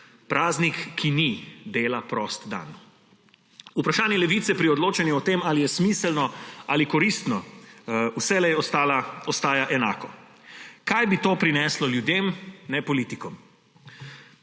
Praznik, ki ni dela prost dan. Vprašanje Levice pri odločanju o tem, ali je smiselno ali koristno, vselej ostaja enako. Kaj bi to prineslo ljudem, ne politikom?